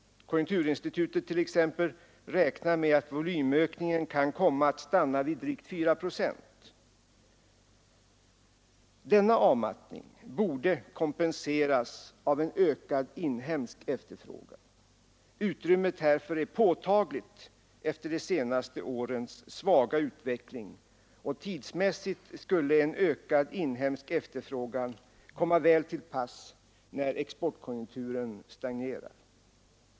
Konjunkturinstitutet räknar t.ex. med att volymökningen kan komma att stanna vid drygt 4 procent. Denna avmattning borde kompenseras av en ökad inhemsk efterfrågan. Utrymmet härför är påtagligt efter de senaste årens svaga utveckling, och tidsmässigt skulle en ökad inhemsk efterfrågan komma väl till pass när exportkonjunkturen stagnerar.